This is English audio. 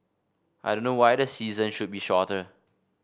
I don't know why the season should be shorter